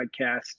podcast